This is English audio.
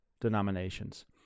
denominations